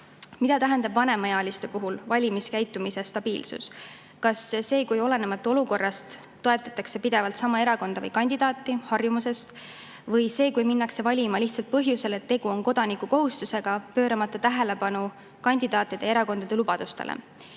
Mida tähendab vanemaealiste puhul valimiskäitumise stabiilsus? Kas see, kui olenemata olukorrast toetatakse harjumusest pidevalt sama erakonda või kandidaati, või see, kui minnakse valima lihtsalt põhjusel, et tegu on kodanikukohustusega, pööramata tähelepanu kandidaatide ja erakondade lubadustele?